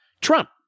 Trump